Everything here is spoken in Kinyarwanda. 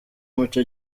umuco